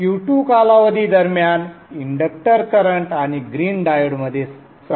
Q2 कालावधी दरम्यान inductor current आणि ग्रीन डायोडमध्ये समान करंट असेल